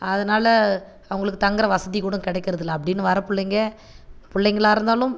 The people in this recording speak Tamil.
அதனால் அவங்களுக்கு தங்குகிற வசதி கூட கிடக்கிறதில்ல அப்படின்னு வர பிள்ளைங்க பிள்ளங்களா இருந்தாலும்